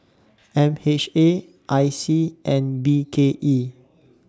M H A I C and B K E